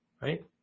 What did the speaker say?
right